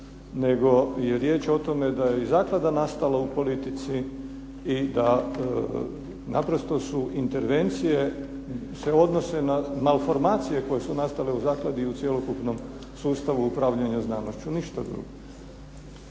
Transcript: nego je riječ da je i zaklada nastala u politici i da naprosto su intervencije se odnose na malformacije koje su nastale u zakladi i cjelokupnom sustavu upravljanja znanošću. Ništa drugo.